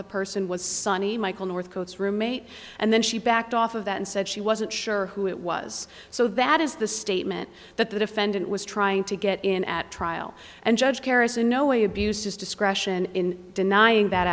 the person was sunny michael north coats roommate and then she backed off of that and said she wasn't sure who it was so that is the statement that the defendant was trying to get in at trial and judge harris in no way abused his discretion in denying that